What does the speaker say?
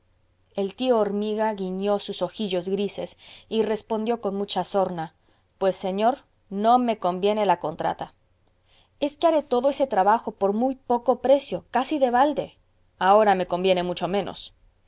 el tío hormiga guiñó sus ojillos grises y respondió con mucha sorna pues señor no me conviene la contrata es que haré todo ese trabajo por muy poco precio casi de balde ahora me conviene mucho menos